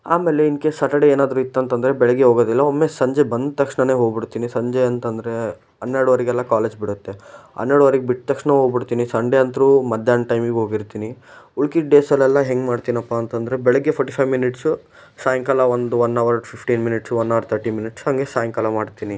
ಆಮೇಲೆ in case Saturday ಏನಾದರೂ ಇತ್ತು ಅಂತ ಅಂದ್ರೆ ಬೆಳಗ್ಗೆ ಹೋಗೋದಿಲ್ಲ ಒಮ್ಮೆ ಸಂಜೆ ಬಂದ ತಕ್ಷಣನೇ ಹೋಗ್ಬಿಡ್ತೀನಿ ಸಂಜೆ ಅಂತ ಅಂದ್ರೆ ಹನ್ನೆರಡುವರೆಗೆಲ್ಲಾ ಕಾಲೇಜ್ ಬಿಡುತ್ತೆ ಹನ್ನೆರಡುವರೆಗೆ ಬಿಟ್ಟ ತಕ್ಷಣ ಹೋಗ್ಬಿಡ್ತೀನಿ ಸಂಡೆ ಅಂತೂ ಮಧ್ಯಾಹ್ನ ಟೈಮಿಗೆ ಹೋಗಿರ್ತೀನಿ ಉಳ್ಕೆದು ಡೇಸಲ್ಲೆಲ್ಲ ಹೆಂಗೆ ಮಾಡ್ತೀನಪ್ಪ ಅಂತ ಅಂದ್ರೆ ಬೆಳಗ್ಗೆ ಫೋರ್ಟಿ ಫೈವ್ ಮಿನಿಟ್ಸು ಸಾಯಂಕಾಲ ಒಂದು one hour fifteen minutes one hour thirty minutes ಹಾಗೆ ಸಾಯಂಕಾಲ ಮಾಡ್ತೀನಿ